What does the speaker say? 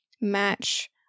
match